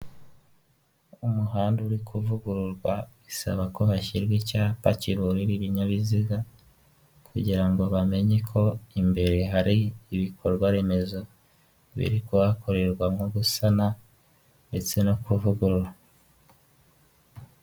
Ku muhanda uri kuvugururwa bisaba ko hashyirwa icyapa kiburira ibinyabiziga, kugirango bamenye ko imbere hari ibikorwaremezo biri kuhakorerwa nko gusana ndetse no kuvugurura.